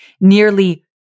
nearly